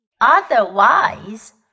otherwise